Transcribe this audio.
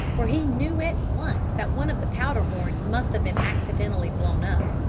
for he knew at once that one of the powder-horns must have been accidentally blown up.